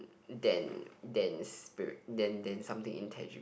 than than spiri~ than than something intangible